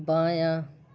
بایاں